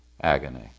agony